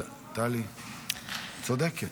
צודקת.